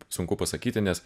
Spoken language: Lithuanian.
sunku pasakyti nes